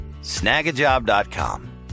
Snagajob.com